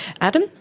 Adam